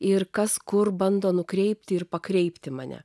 ir kas kur bando nukreipti ir pakreipti mane